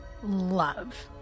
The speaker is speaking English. love